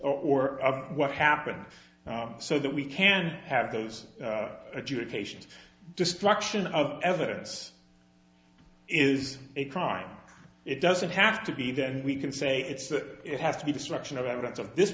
or what happened so that we can have those adjudications destruction of evidence is a crime it doesn't have to be then we can say it's that it has to be destruction of evidence of this